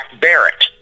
Barrett